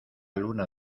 luna